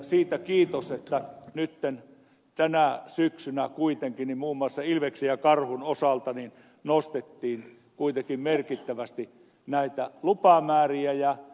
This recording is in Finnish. siitä kiitos että nyt tänä syksynä kuitenkin muun muassa ilveksen ja karhun osalta nostettiin merkittävästi näitä lupamääriä